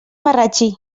marratxí